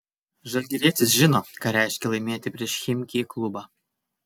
žalgirietis žino ką reiškia laimėti prieš chimki klubą